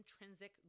intrinsic